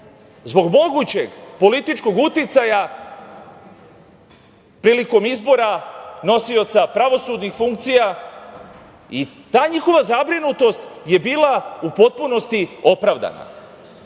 zbog mogućeg političkog uticaja prilikom izbora nosioca pravosudnih funkcija i ta njihova zabrinutost je bila u potpunosti opravdana. Stvorio